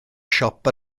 siop